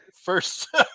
first